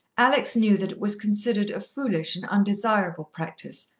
alex knew that it was considered a foolish and undesirable practice,